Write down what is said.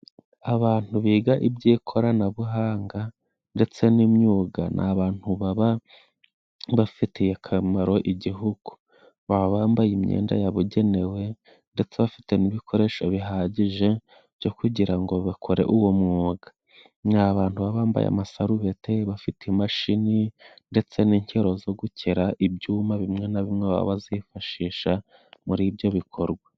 Abantu biga iby'ikoranabuhanga, ndetse n'imyuga ni abantu baba bafitiye akamaro Igihugu. Baba bambaye imyenda yabugenewe, ndetse bafite n'ibikoresho bihagije byo kugira ngo bakore uwo mwuga. Ni abantu baba bambaye amasarubeti bafite imashini ndetse n'inkero zo gukera ibyuma bimwe na bimwe bazifashisha muri ibyo bikorwa.